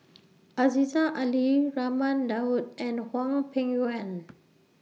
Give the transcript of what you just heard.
Aziza Ali Raman Daud and Hwang Peng Yuan